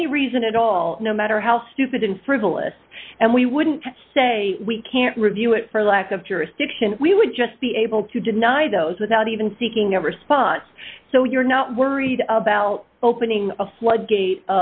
any reason at all no matter how stupid and frivolous and we wouldn't say we can't review it for lack of jurisdiction we would just be able to deny those without even seeking a response so you're not worried about opening a floodgate